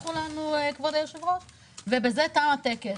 שהבטיחו לנו, ובזה תם הטקס.